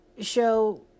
show